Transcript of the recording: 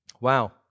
Wow